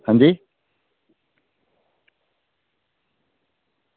अंजी